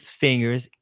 fingers